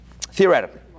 theoretically